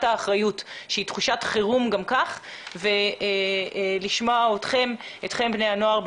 האחריות שגם כך היא תחושת חירום ולשמוע אתכם בני הנוער,